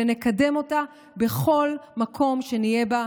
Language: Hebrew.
ונקדם אותה בכל מקום שנהיה בו,